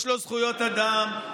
יש לו זכויות אדם,